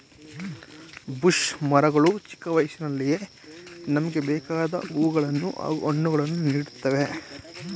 bush ಮರಗಳು ಚಿಕ್ಕ ವಯಸ್ಸಿನಲ್ಲಿಯೇ ನಮ್ಗೆ ಬೇಕಾದ್ ಹೂವುಗಳನ್ನು ಹಾಗೂ ಹಣ್ಣುಗಳನ್ನು ನೀಡ್ತವೆ